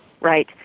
right